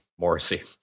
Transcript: Morrissey